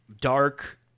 dark